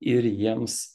ir jiems